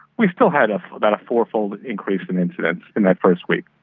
we still had ah about a four-fold increase in incidents in that first week.